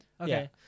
Okay